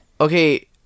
Okay